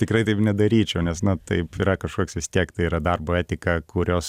tikrai taip nedaryčiau nes na taip yra kažkoks vis tiek tai yra darbo etika kurios